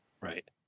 Right